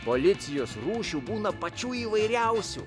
policijos rūšių būna pačių įvairiausių